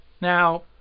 Now